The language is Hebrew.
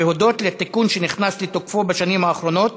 והודות לתיקון שנכנס לתוקפו בשנים האחרונות